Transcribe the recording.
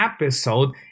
episode